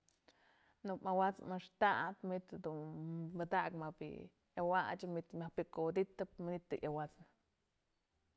Do mawat's maxtap manytë dun padakëp më bi'i yawachën, manytë myaj pikuwëdytëp manytë dun yawat'snë.